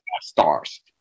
stars